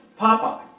Popeye